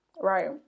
Right